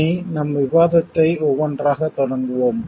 இனி நம் விவாதத்தை ஒவ்வொன்றாகத் தொடங்குவோம்